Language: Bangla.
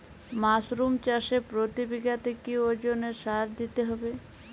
মাসরুম চাষে প্রতি বিঘাতে কি ওজনে সার দিতে হবে?